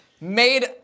Made